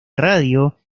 radio